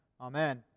Amen